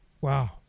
wow